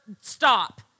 stop